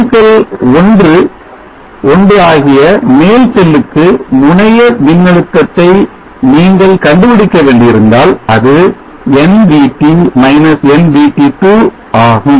PV cell 1 ஆகிய மேல் செல்லுக்கு முனைய மின்னழுத்தத்தை நீங்கள் கண்டுபிடிக்க வேண்டியிருந்தால் அது nVt - nVt 2 ஆகும்